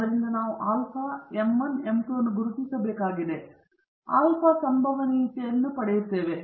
ಆದ್ದರಿಂದ ನಾವು alpha m 1 m 2 ಅನ್ನು ಗುರುತಿಸಬೇಕಾಗಿದೆ ಹಾಗಾಗಿ ನಾವು ಆಲ್ಫಾ ಸಂಭವನೀಯತೆಯನ್ನು ಪಡೆಯುತ್ತೇವೆ